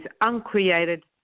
uncreated